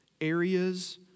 areas